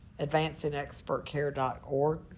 advancingexpertcare.org